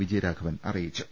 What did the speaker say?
വിജയരാഘവൻ അറിയിച്ചു